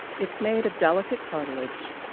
it's made of delicate cartilage,